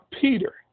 Peter